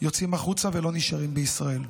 יוצאים החוצה ולא נשארים בישראל.